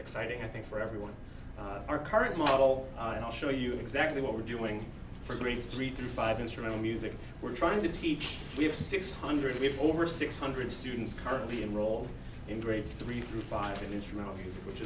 exciting i think for everyone our current model i'll show you exactly what we're doing for grades three to five instrumental music we're trying to teach we have six hundred we have over six hundred students currently enrolled in grades three through five intro which